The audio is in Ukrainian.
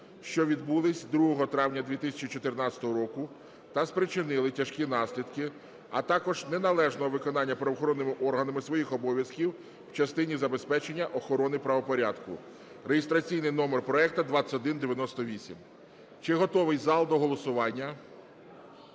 що відбулися 2 травня 2014 року та спричинили тяжкі наслідки, а також неналежного виконання правоохоронними органами своїх обов'язків в частині забезпечення охорони правопорядку (реєстраційний номер проекту 2198). Чи готовий зал до голосування?